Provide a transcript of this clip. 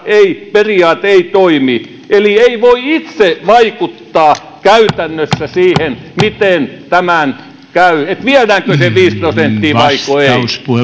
ei toimi eli ei voi itse vaikuttaa käytännössä siihen miten tämän käy että viedäänkö se viisi prosenttia vaiko ei